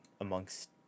amongst